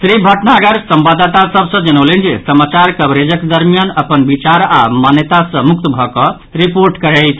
श्री भटनागर संवाददाता सभ सँ जनौलनि जे समाचार कवरेजक दरमियान अपन विचार आओर मान्यता सँ मुक्त भऽ कऽ रिर्पोटिं करैथ